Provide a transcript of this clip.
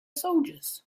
soldiers